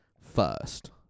first